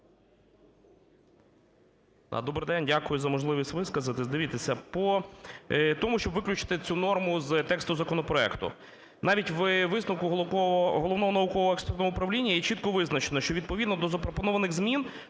Добрий день. Дякую за можливість висказатися. Дивіться, по тому, щоб виключити цю норму з тексту законопроекту. Навіть в висновку Головного науково-експертного управління є чітко визначено, що відповідно до запропонованих змін